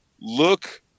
Look